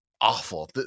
awful